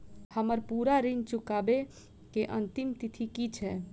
हम्मर पूरा ऋण चुकाबै केँ अंतिम तिथि की छै?